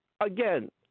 again